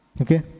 Okay